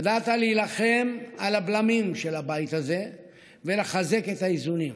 ידעת להילחם על הבלמים של הבית הזה ולחזק את האיזונים.